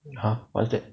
!huh! what's that